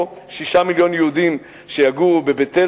לפחות 6 מיליוני יהודים שיגורו בבית-אל,